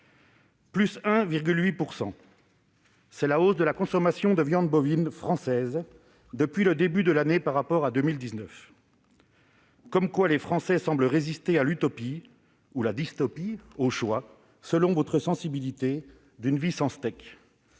Plus 1,8 %: c'est la hausse de la consommation de viande bovine française depuis le début de l'année par rapport à 2019. C'est bien la preuve que les Français semblent résister à l'utopie ou à la dystopie- à vous de choisir selon votre sensibilité ! -d'une vie sans steak.